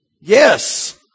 Yes